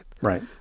Right